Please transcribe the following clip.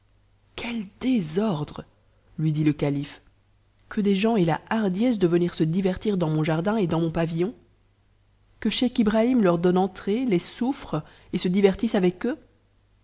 quel désordre lui dit le calife que des gens aient la hardiesse de venir se divertir dans mon jardin et dans mon pavillon que scheich ibrahim leur donne entrée les souffre et se divertisse avec eux